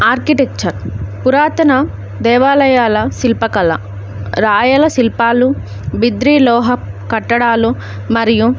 architecture పురాతన దేవాలయాల శిల్పకళ రాయల శిల్పాలు బిద్రీ లోహ కట్టడాలు మరియు